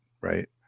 right